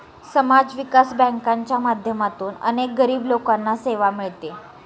समाज विकास बँकांच्या माध्यमातून अनेक गरीब लोकांना सेवा मिळते